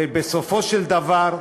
ובסופו של דבר,